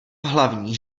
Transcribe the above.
hlavní